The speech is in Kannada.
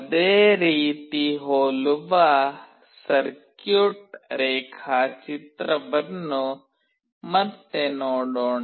ಅದೇ ರೀತಿ ಹೋಲುವ ಸರ್ಕ್ಯೂಟ್ ರೇಖಾಚಿತ್ರವನ್ನು ಮತ್ತೆ ನೋಡೋಣ